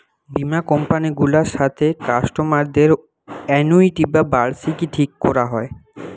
বীমা কোম্পানি গুলার সাথে কাস্টমারদের অ্যানুইটি বা বার্ষিকী ঠিক কোরা হয়